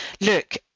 Look